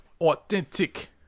authentic